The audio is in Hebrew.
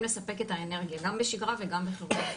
לספק את האנרגיה גם בשגרה וגם בחירום.